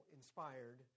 inspired